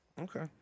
Okay